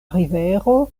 rivero